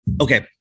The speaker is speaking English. Okay